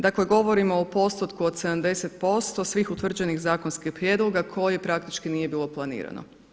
Dakle govorimo o postotku od 70% svih utvrđenih zakonskih prijedloga kojih praktički nije bilo planirano.